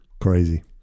Crazy